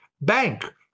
Bank